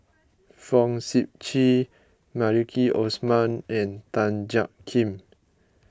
Fong Sip Chee Maliki Osman and Tan Jiak Kim